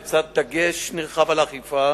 לצד דגש נרחב באכיפה,